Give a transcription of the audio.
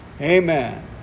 Amen